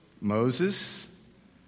Moses